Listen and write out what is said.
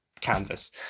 canvas